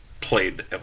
played